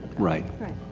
right. right.